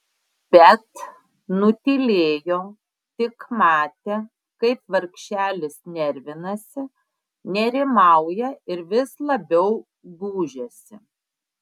bet nutylėjo tik matė kaip vargšelis nervinasi nerimauja ir vis labiau gūžiasi